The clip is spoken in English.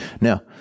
Now